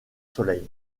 soleil